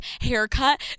haircut